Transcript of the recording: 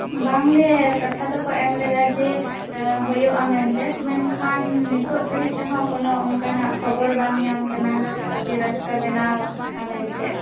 ᱵᱟᱝ ᱜᱮ ᱠᱟᱛᱷᱟ ᱫᱚᱠᱚ ᱮᱢ ᱞᱮᱫᱟ ᱡᱮ ᱦᱳᱭᱳᱜᱼᱟ ᱢᱮᱱᱛᱮ ᱢᱮᱱᱠᱷᱟᱱ ᱱᱤᱛᱚᱜ ᱫᱷᱟᱹᱨᱤᱡ ᱛᱮᱦᱚᱸ ᱠᱳᱱᱚ ᱚᱱᱠᱟᱱᱟᱜ ᱠᱷᱚᱵᱚᱨ ᱵᱟᱝ ᱧᱟᱢ ᱟᱠᱟᱱᱟ ᱡᱮ ᱨᱟᱹᱥᱛᱟ ᱵᱮᱱᱟᱣᱟ ᱢᱮᱱ ᱛᱮ